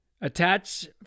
Attach